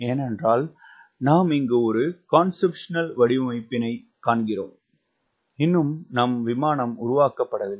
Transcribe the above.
ஏனென்றால் நாம் இங்கு ஒரு கான்செப்சுவல் வடிவமைப்பினையே காண்கிறோம் இன்னும் நம் விமானம் உருவாக்கப்படவில்லை